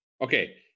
Okay